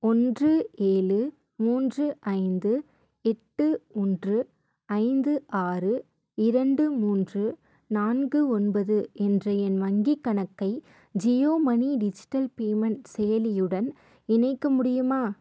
ஓன்று ஏழு மூன்று ஐந்து எட்டு ஓன்று ஐந்து ஆறு இரண்டு மூன்று நான்கு ஒன்பது என்ற என் வங்கிக் கணக்கை ஜியோ மணி டிஜிட்டல் பேமெண்ட் செயலியுடன் இணைக்க முடியுமா